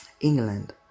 England